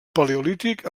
paleolític